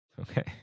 Okay